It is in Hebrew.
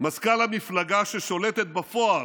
מזכ"ל המפלגה ששולטת בפועל,